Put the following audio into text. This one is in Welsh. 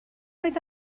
oedd